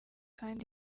kandi